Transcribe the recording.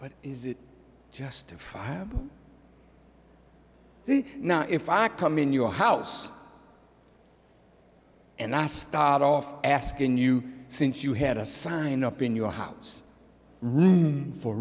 but is it justified have not if i come in your house and i start off asking you since you had a sign up in your house